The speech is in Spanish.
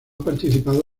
participado